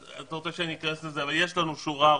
אתה רוצה שאני אכנס לזה?